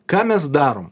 ką mes darom